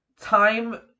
Time